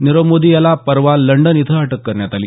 नीरव मोदी याला परवा लंडन इथं अटक करण्यात आली